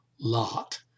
Lot